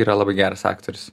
yra labai geras aktorius